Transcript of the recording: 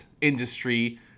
industry